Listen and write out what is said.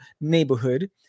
neighborhood